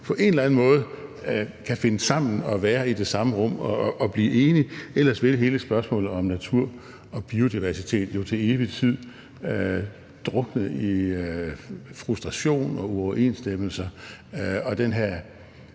på en eller anden måde kan finde sammen og være i det samme rum og blive enige, ellers vil hele spørgsmålet om natur og biodiversitet jo til evig tid drukne i frustration og uoverensstemmelser og den her